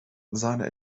seine